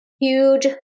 huge